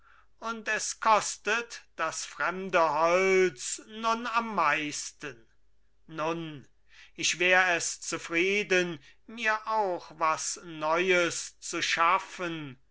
und es kostet das fremde holz nun am meisten nun ich wär es zufrieden mir auch was neues zu schaffen